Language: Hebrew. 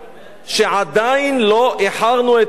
שעדיין לא איחרנו את המועד,